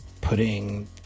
putting